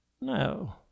No